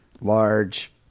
large